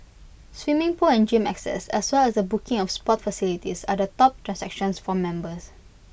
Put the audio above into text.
swimming pool and gym access as well as the booking of sports facilities are the top transactions for members